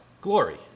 glory